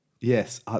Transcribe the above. Yes